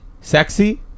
Sexy